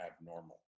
abnormal